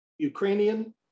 Ukrainian